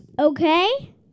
Okay